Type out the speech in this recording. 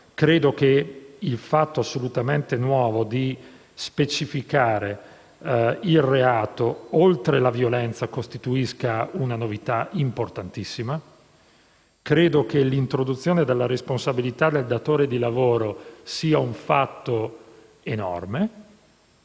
Credo che il fatto assolutamente nuovo di specificare il reato, oltre la violenza, costituisca una novità importantissima. Ritengo altresì che l'introduzione della responsabilità del datore di lavoro sia un fatto enorme.